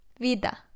vida